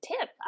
tip